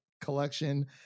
collection